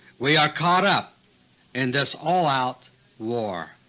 we are caught up in this all-out war.